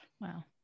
Wow